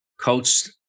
coached